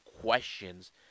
questions